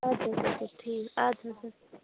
ادٕ حظ ادٕ حظ ٹھیٖک ادٕ حظ ادٕ حظ